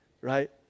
right